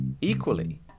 Equally